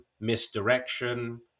misdirection